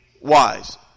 wise